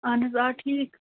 اَہَن حظ آ ٹھیٖک